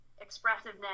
expressiveness